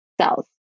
cells